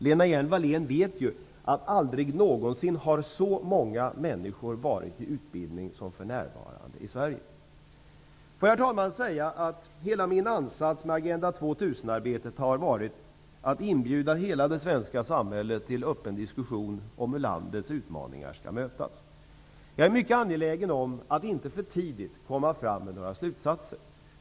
Lena Hjelm Wallén vet ju att aldrig någonsin har så många människor i Sverige varit i utbildning som för närvarande. Låt mig säga, herr talman, att hela min ansats med Agenda 2000-arbetet har varit att inbjuda hela det svenska samhället till öppen diskussion om hur landets utmaningar skall mötas. Jag är mycket angelägen om att inte för tidigt komma fram med några slutsatser.